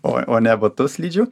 o o ne batus slidžių